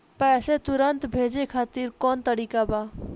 पैसे तुरंत भेजे खातिर कौन तरीका बा?